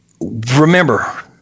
Remember